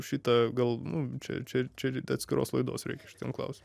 šitą gal nu čia čia čia atskiros laidos reikia šitiem klausimam